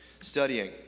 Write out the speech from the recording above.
studying